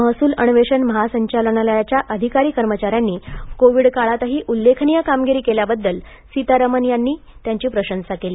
महसूल अन्वेषण महासंचालनालयाच्या अधिकारी कर्मचाऱ्यांनी कोविड काळातही उल्लेखनीय कामगिरी केल्याबद्दल सीतारामन यांनी यावेळी त्यांची प्रशंसा केली